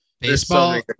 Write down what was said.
baseball